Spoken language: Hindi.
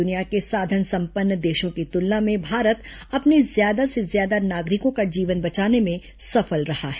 दुनिया के साधन संपन्न देशों की तुलना में भारत अपने ज्यादा से ज्यादा नागरिकों का जीवन बचाने में सफल रहा है